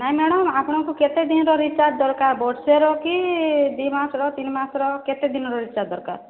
ନାହିଁ ମ୍ୟାଡ଼ମ ଆପଣଙ୍କୁ କେତେ ଦିନ୍ର ରିଚାର୍ଜ୍ ଦରକାର ବର୍ଷେର କି ଦୁଇ ମାସ୍ର ତିନି ମାସ୍ର କେତେ ଦିନ୍ର ରିଚାର୍ଜ୍ ଦରକାର